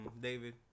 David